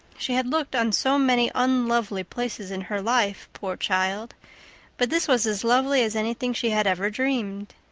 she had looked on so many unlovely places in her life, poor child but this was as lovely as anything she had ever dreamed.